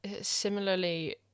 similarly